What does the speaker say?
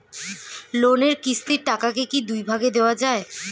লোনের কিস্তির টাকাকে কি দুই ভাগে দেওয়া যায়?